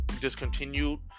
discontinued